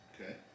Okay